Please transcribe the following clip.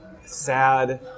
sad